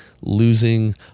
losing